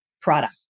product